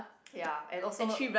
ya and also